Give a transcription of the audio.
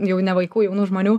jau ne vaikų jaunų žmonių